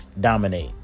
dominate